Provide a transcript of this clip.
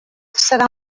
serà